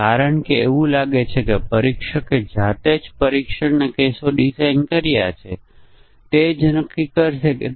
તેથી આના આધારે આપણી પાસે ક્રિયાઓ છે કે ડિસ્કાઉન્ટ રેટ શું છે તે 10 ટકા 15 ટકા 5 ટકા અથવા 0 ટકા છે અને શિપિંગ મફત છે કે કેમ